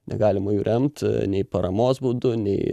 negalima jų remt nei paramos būdu nei